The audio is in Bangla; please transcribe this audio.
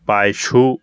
পায়ে শু